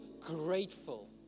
grateful